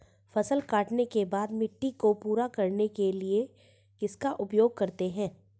फसल काटने के बाद मिट्टी को पूरा करने के लिए किसका उपयोग करते हैं?